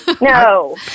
no